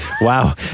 wow